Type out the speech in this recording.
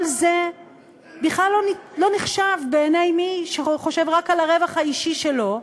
כל זה בכלל לא נחשב בעיני מי שחושב רק על הרווח האישי שלו,